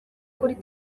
kuri